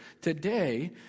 today